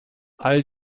all